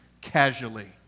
casually